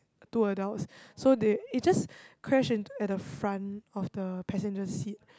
two adults so they it just crash in at the front of the passenger seat